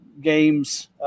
games –